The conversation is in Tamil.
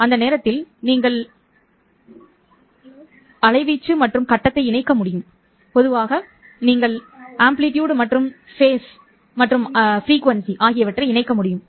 அந்த நேரத்தில் நீங்கள் வீச்சு மற்றும் கட்டத்தை இணைக்க முடியும் பொதுவாக நீங்கள் இல்லை நீங்கள் வீச்சு கட்டம் மற்றும் அதிர்வெண் ஆகியவற்றை இணைக்க முடியும்